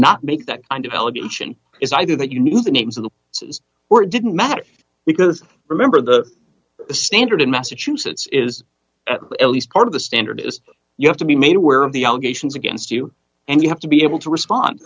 not make that kind of allegation is either that you knew the names of the says were didn't matter because remember that the standard in massachusetts is at least part of the standard is you have to be made aware of the allegations against you and you have to be able to respond